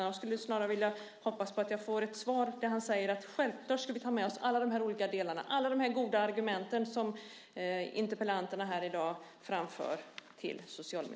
Jag hoppas på att få ett svar där han säger att han ska lyssna till alla de goda argument som interpellanten framfört i dag.